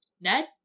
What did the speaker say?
Ned